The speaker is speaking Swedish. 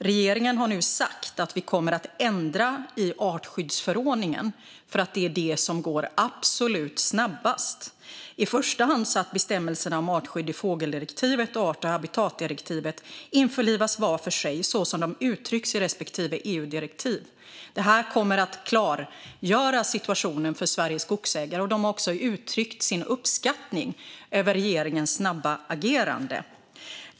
Regeringen har nu sagt att vi kommer att ändra i artskyddsförordningen, eftersom det är det som går absolut snabbast, i första hand så att bestämmelserna om artskydd i fågeldirektivet och art och habitatdirektivet införlivas var för sig så som de uttrycks i respektive EU-direktiv. Detta kommer att klargöra situationen för Sveriges skogsägare. De har också uttryckt sin uppskattning över regeringens snabba agerande.